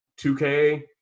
2K